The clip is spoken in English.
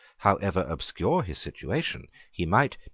however obscure his situation, he might,